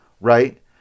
right